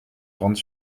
grandes